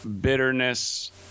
bitterness